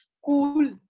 school